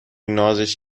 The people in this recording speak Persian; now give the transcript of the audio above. نازش